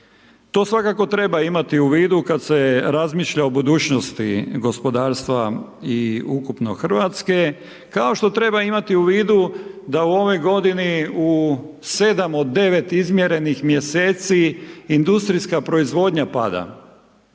To svakako treba imati u vidu kada se razmišlja o budućnosti gospodarstva i ukupno RH, kao što treba imati u vidu da u ovoj godini u 7 od 9 izmjerenih mjeseci, industrijska proizvodnja pada.